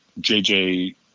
JJ